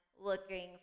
looking